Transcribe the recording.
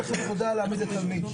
שמשרד החינוך יודע להעמיד לתלמיד.